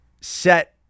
set